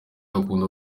akunda